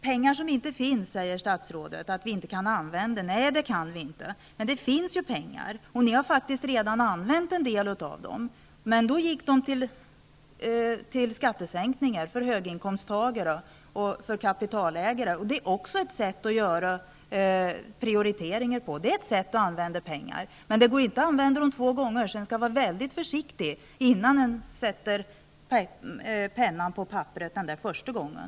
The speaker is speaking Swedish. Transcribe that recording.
Vi kan inte använda pengar som inte finns, säger statsrådet. Nej, det kan vi inte, men det finns pengar. Ni har faktiskt redan använt en del av dem, men de gick till skattesänkningar för höginkomsttagare och kapitalägare. Det är också ett sätt att göra priorieringar, det är också ett sätt att använda pengarna. Men det går inte att använda dem två gånger, så man skall vara väldigt försiktig innan man sätter pennan på papperet första gången.